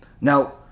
now